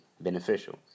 beneficial